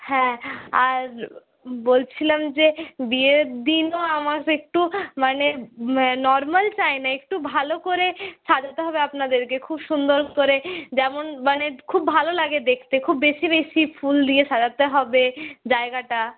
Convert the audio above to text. হ্যাঁ আর বলছিলাম যে বিয়ের দিনও আমার একটু মানে নর্মাল চাই না একটু ভালো করে সাজাতে হবে আপনাদেরকে খুব সুন্দর করে যেমন মানে খুব ভালো লাগে দেখতে খুব বেশি বেশি ফুল দিয়ে সাজাতে হবে জায়গাটা